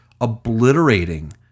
obliterating